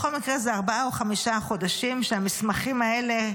בכל מקרה זה ארבעה או חמישה חודשים שהמסמכים האלה,